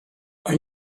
are